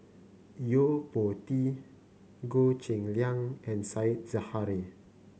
Yo Po Tee Goh Cheng Liang and Said Zahari